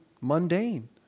mundane